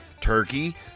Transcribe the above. turkey